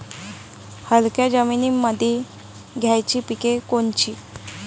हलक्या जमीनीमंदी घ्यायची पिके कोनची?